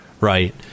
Right